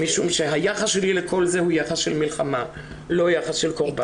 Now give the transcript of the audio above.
משום שהיחס שלי לכל זה הוא יחס של מלחמה ולא יחס של קורבן.